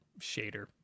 shader